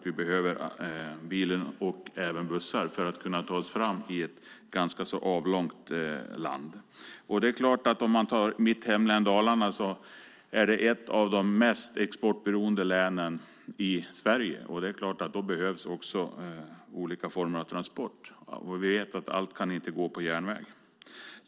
Vi behöver bilen och även bussar för att kunna ta oss fram i ett ganska så avlångt land. Mitt hemlän Dalarna är ett av de mest exportberoende länen i Sverige. Det är klart att det då också behövs olika former av transport. Vi vet att allt inte kan gå på järnväg.